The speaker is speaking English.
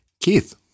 Keith